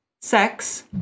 sex